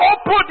open